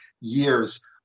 years